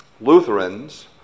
Lutherans